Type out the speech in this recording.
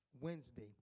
Wednesday